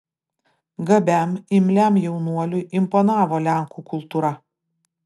gabiam imliam jaunuoliui imponavo lenkų kultūra